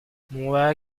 moi